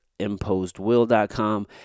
imposedwill.com